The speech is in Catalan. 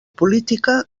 política